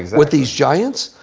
with these giants?